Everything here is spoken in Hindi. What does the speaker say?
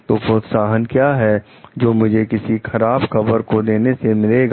तो प्रोत्साहन क्या है जो मुझे किसी खराब खबर को देने से मिलेगा